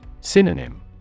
synonym